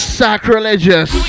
sacrilegious